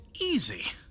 easy